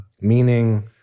Meaning